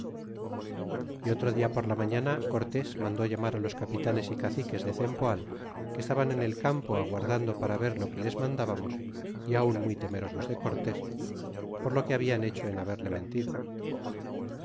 y otro dia por la mañana cor tés mandó llamar los capitanes y caciques de cernpoal que estaban en el campo aguardando para ver lo que les mandábamos y aun muy temerosos de cortés por lo que habian hecho en haberle mentido